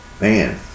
Man